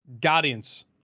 Guardians